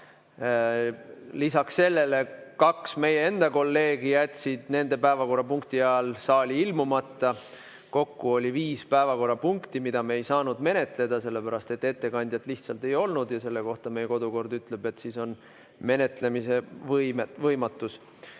lisaks sellele jätsid kaks meie enda kolleegi oma päevakorrapunkti ajal saali ilmumata. Kokku oli viis päevakorrapunkti, mida me ei saanud menetleda, sellepärast et ettekandjat lihtsalt ei olnud ja selle kohta meie kodukord ütleb, et siis on menetlemise võimatus.